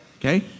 Okay